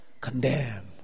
Condemn